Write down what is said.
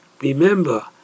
remember